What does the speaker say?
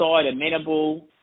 Amenable